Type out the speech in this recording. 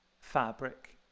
fabric